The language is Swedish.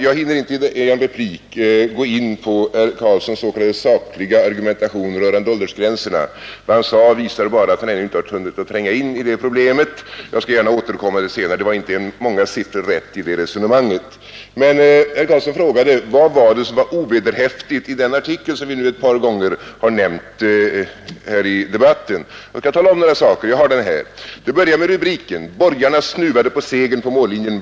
Jag hinner inte i en replik gå in på herr Karlssons s.k. sakliga argumentation rörande åldersgränserna. Vad han sade visar bara att han ännu inte hunnit tränga in i det problemet. Jag skall gärna återkomma till detta senare. Det var inte många siffror rätt i det resonemanget. Herr Karlsson frågade vad som var ovederhäftigt i den artikel som vi nu har nämnt ett par gånger här i debatten. Jag skall tala om några saker, jag har den här. Jag börjar med rubriken ”Borgarna snuvade på segern på mållinjen.